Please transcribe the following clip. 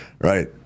right